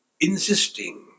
insisting